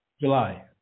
July